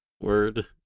Word